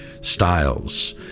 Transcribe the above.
styles